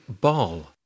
ball